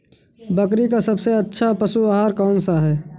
बकरी का सबसे अच्छा पशु आहार कौन सा है?